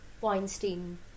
Weinstein